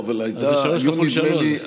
אז זה שלוש כפול שלוש.